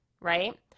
Right